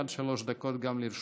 עד שלוש דקות גם לרשותך,